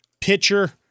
pitcher